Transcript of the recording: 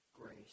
grace